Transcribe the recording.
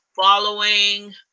following